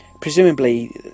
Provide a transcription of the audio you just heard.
Presumably